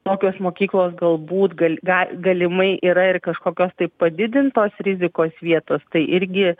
tokios mokyklos galbūt gal gal galimai yra ir kažkokios tai padidintos rizikos vietos tai irgi